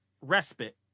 respite